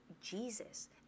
Jesus